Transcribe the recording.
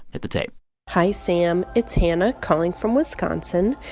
hit the tape hi, sam. it's hannah calling from wisconsin.